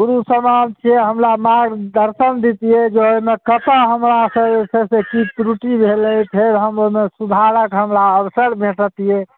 गुरु समान छियै हमरा मार्गदर्शन देतियै जे एहिमे कतहुँ हमरासंँ जे छै से किछु त्रुटि भेलै फेर ओहिमे हम सुधारक हमरा अवसर भेंटतियै